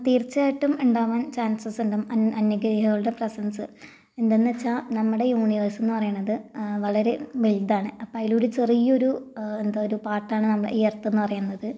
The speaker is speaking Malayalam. തീർച്ചയായിട്ടും ഉണ്ടാകുവാൻ ചാൻസസുണ്ട് അന്യഗ്രഹികളുടെ പ്രസൻസ് എന്തെന്ന് വെച്ചാൽ നമ്മുടെ യൂണിവേഴ്സ് എന്ന് പറയണത് വളരെ വലുതാണ് അപ്പ അതിലൊരു ചെറിയ ഒരു എന്താ ഒരു പാർട്ടാണ് നമ്മുടെ ഈ എർത്ത് എന്ന് പറയുന്നത്